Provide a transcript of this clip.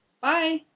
bye